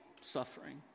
suffering